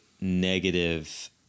negative